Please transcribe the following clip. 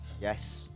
Yes